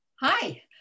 Hi